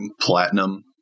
platinum